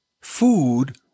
food